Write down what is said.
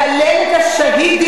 להלל את השהידים,